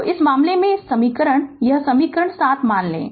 तो इस मामले में यह समीकरण यह समीकरण 7 मान लें